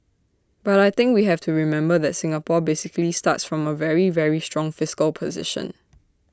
but I think we have to remember that Singapore basically starts from A very very strong fiscal position